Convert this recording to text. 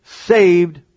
saved